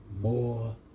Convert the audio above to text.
more